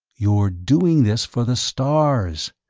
you're doing this for the stars.